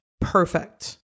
perfect